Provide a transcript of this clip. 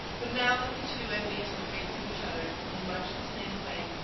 but now that the two enemies were facing each other, in much the same way,